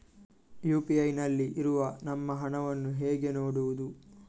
UPI ನಲ್ಲಿ ಇರುವ ನಮ್ಮ ಹಣವನ್ನು ಹೇಗೆ ನೋಡುವುದು?